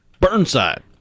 Burnside